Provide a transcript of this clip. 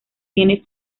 tiene